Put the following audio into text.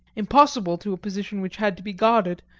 impossible to a position which had to be guarded,